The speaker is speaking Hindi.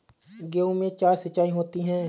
गेहूं में चार सिचाई होती हैं